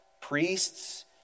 priests